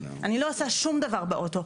אני לא עושה שום דבר באוטו.